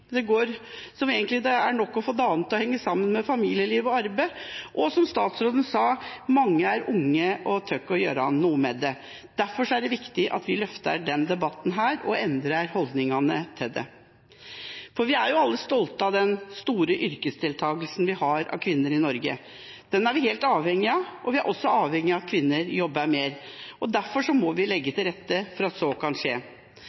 egentlig er nok å få dagene til å henge sammen med familieliv og arbeid, og, som statsråden sa, mange er unge og tør ikke gjøre noe med det. Derfor er det viktig at vi løfter den debatten her, og endrer holdningene til det. For vi er jo alle stolte av den store yrkesdeltakelsen vi har av kvinner i Norge. Den er vi helt avhengige av, og vi er også avhengige av at kvinner jobber mer. Derfor må vi legge til rette for at så kan skje,